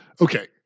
Okay